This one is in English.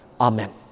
Amen